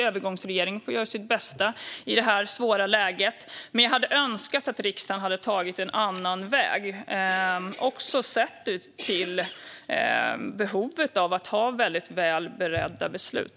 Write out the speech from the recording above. Övergångsregeringen får göra sitt bästa i detta svåra läge, men jag hade önskat att riksdagen hade tagit en annan väg, även sett till behovet av att ha väl beredda beslut.